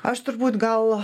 aš turbūt gal